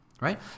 right